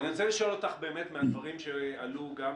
אני רוצה לשאול אותך באמת מהדברים שעלו, גם